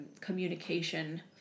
communication